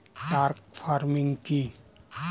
Truck farming কি?